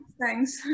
Thanks